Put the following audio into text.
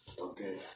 okay